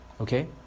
okay